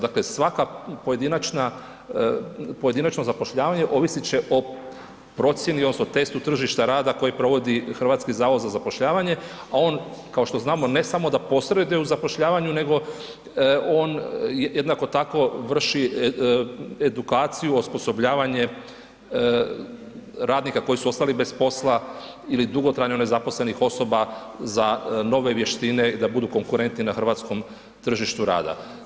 Dakle, svaka pojedinačna, pojedinačno zapošljavanje ovisit će o procjeni odnosno testu tržišta rada koji provodi HZZ, a on kao što znamo ne samo da posreduje u zapošljavanju nego on jednako tako vrši edukaciju, osposobljavanje radnika koji su ostali bez posla ili dugotrajno nezaposlenih osoba za nove vještine da budu konkurentni na hrvatskom tržištu rada.